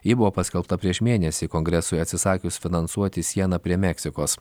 ji buvo paskelbta prieš mėnesį kongresui atsisakius finansuoti sieną prie meksikos